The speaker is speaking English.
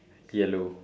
yellow